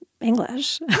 English